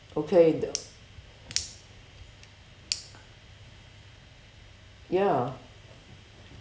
okay the ya